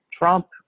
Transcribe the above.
Trump